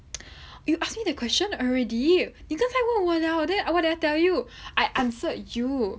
you ask me the question already 你刚才问我 liao then what did I tell you I answered you